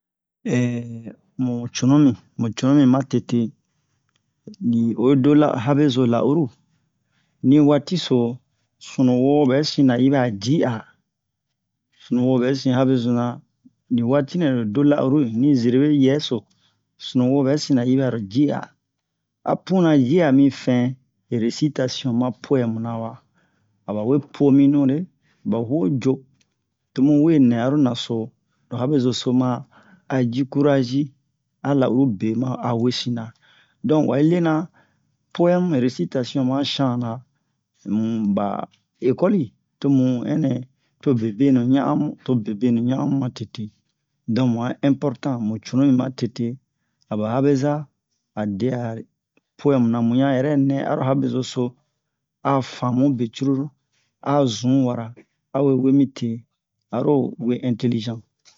mu cunumi mu cunumi matete li oyi do habezo la'uru ni waati so sunuwo ɓɛ sin-ra hibɛ'a ci'a sunuwo ɓɛsin habezo-na nin waati nɛ lo do la'uru ni zerebe yɛ so sunuwo ɓɛsin-ra hiɓɛ'a lo ci'a a punna ci'a mi fɛn resitasiyon ma po'ɛmu na wa aba we puwo mi nunle aba huwo jo tomu we nɛ aro naso lo habezo so a ji curazi a la'uru be a ma hesin-ra donk wa yi lena po'ɛmu resitasiyon ma shan-na mu ɓa ekɔli tomu ɛnnɛ to bebenu ɲan'anmu to bebenu ɲan'annu matete donk mu a ɛnpɔrtan mu cunumi matete aba habeza a dɛ'a po'ɛmu na mu ɲan yɛrɛ nɛ aro habezo so a faamu curulu a zun wara awe wee mite aro we ɛntelizan